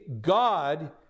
God